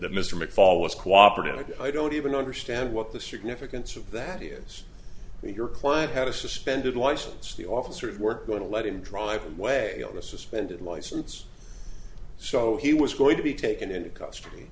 mr mcfaul was cooperated i don't even understand what the significance of that is your client had a suspended license the officers were going to let him drive way a suspended license so he was going to be taken into c